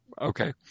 Okay